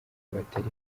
abatari